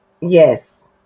yes